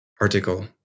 article